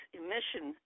emission